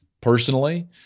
personally